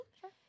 Sure